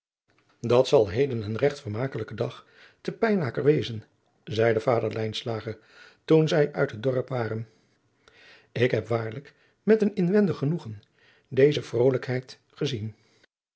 dat zal heden een regt vermakelijke dag te pijnaker wezen zeide vader lijnslager toen zij uit het dorp waren ik heb waarlijk met een inwendig genoegen deze vrolijkheid gezien